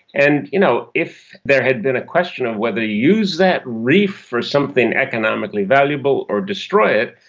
and you know if there had been a question of whether you use that reef for something economically valuable or destroy it,